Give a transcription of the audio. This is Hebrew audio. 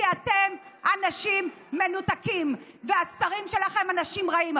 כי אתם אנשים מנותקים והשרים שלכם אנשים רעים.